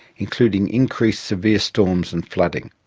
including increased severe storms and flooding.